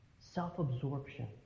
self-absorption